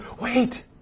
Wait